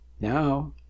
now